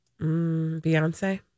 Beyonce